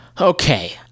okay